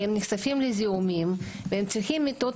כי הם נחשפים לזיהומים והם צריכים מיטות